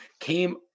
Came